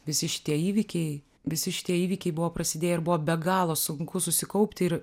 visi šitie įvykiai visi šitie įvykiai buvo prasidėję ir buvo be galo sunku susikaupti ir